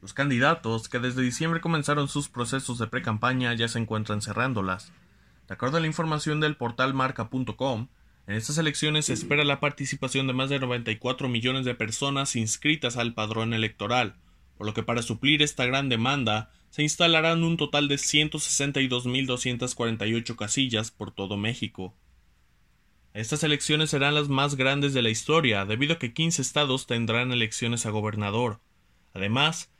Los candidatos que desde diciembre comenzaron sus procesos de precampaña ya se encuentran cerrándolas. De acuerdo a la información del portal marca.com, en estas elecciones se espera la participación de más de 94 millones de personas inscritas al padrón electoral, por lo que para suplir esta gran demanda, se instalarán un total de 162,248 casillas por todo México. Estas elecciones serán las más grandes de la historia, debido a que 15 estados tendrán elecciones a gobernador. Además,